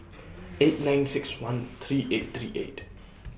eight nine six one three eight three eight